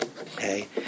Okay